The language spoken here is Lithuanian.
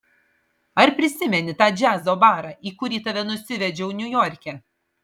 ar prisimeni tą džiazo barą į kurį tave nusivedžiau niujorke